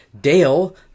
Dale